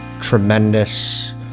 Tremendous